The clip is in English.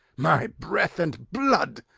my breath and blood!